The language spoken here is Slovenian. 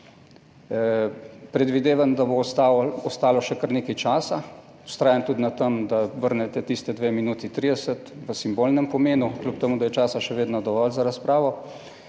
Predvidevam, da bo ostalo še kar nekaj časa. Vztrajam tudi na tem, da vrnete tisti dve minuti 30 v simbolnem pomenu, kljub temu, da je časa še vedno dovolj za razpravo